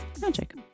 magic